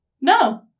No